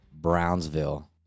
Brownsville